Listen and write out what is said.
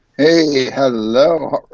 hey, hello,